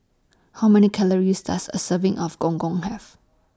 How Many Calories Does A Serving of Gong Gong Have